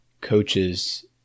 coaches